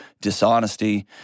dishonesty